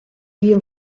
havien